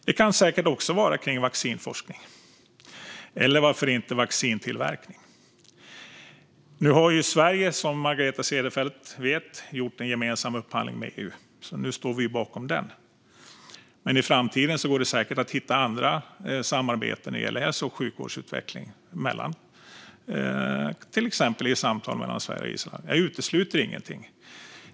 Det kan säkert också vara kring vaccinforskning, eller varför inte vaccintillverkning. Nu har Sverige, som Margareta Cederfelt vet, gjort en gemensam upphandling med EU, så nu står vi bakom den. Men i framtiden går det säkert att hitta andra samarbeten när det gäller hälso och sjukvårdsutveckling mellan till exempel, och i samtal med, Sverige och Israel. Jag utesluter ingenting.